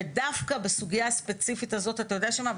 ודווקא בסוגיה הספציפית הזאת אתה יודע מה?